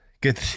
Good